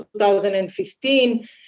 2015